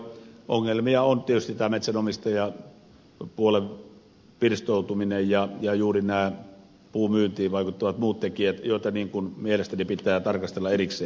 ongelmia ovat tietysti metsänomistajapuolen pirstoutuminen ja juuri nämä puun myyntiin vaikuttavat muut tekijät joita mielestäni pitää tarkastella erikseen